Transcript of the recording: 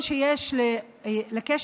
החוק,